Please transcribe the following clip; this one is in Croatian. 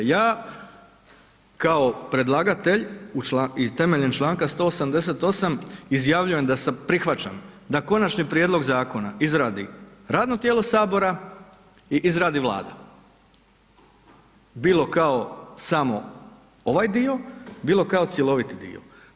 Ja kao predlagatelj temeljem Članka 188. izjavljujem da prihvaćam da konačni prijedlog zakona izradi radno tijelo sabora i izradi vlada, bilo kao samo ovaj dio, bilo kao cjeloviti dio.